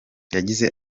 yagize